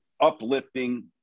uplifting